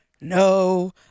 No